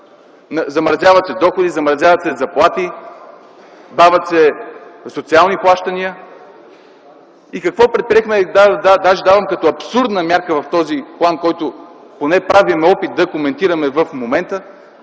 Замразяват се доходи, замразяват се заплати, бавят се социални плащания. И какво предприехме? Даже давам като абсурдна мярка в този план, който поне правим опит да коментираме в момента,